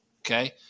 okay